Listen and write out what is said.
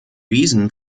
wiesen